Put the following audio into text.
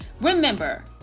Remember